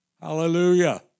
Hallelujah